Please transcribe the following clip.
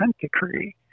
decree